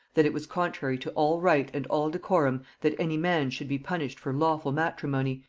that it was contrary to all right and all decorum that any man should be punished for lawful matrimony,